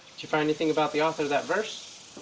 you find anything about the author of that verse?